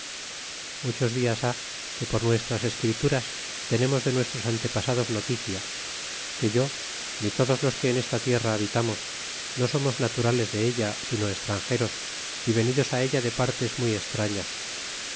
muchos dias ha que por nuestras escrituras tenemos de nuestros antepasados noticia que yo ni todos los que en esta tierra habitamos no somos naturarates de ella sino extrangeros y venidos á ella de partes muy extrañas